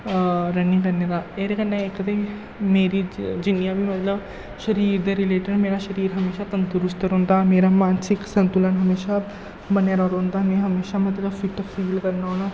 running करने दा एह्दे कन्नै इक ते मेरी जिन जिन्नियां बी मतलब शरीर दे रिलेटिड मेरा शरीर हमेशा तंदरुस्त रौंह्दा मेरा मानसिक संतुलन हमेशा बने दा रौंह्दा में हमेशा मतलब फिट्ट फील करना होन्नां